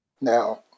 now